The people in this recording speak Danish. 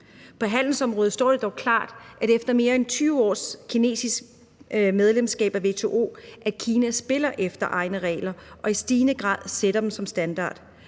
På handelsområdet står det dog klart, at Kina efter mere end 20 års medlemskab af WTO spiller efter egne regler og i stigende grad sætter dem som standard.